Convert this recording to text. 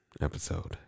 episode